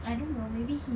I don't know maybe he